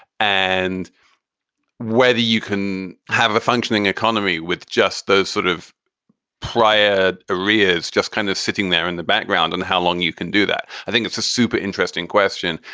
and whether you can have a functioning economy with just those sort of prior arrears, just kind of sitting there in the background and how long you can do that. i think it's a super interesting question.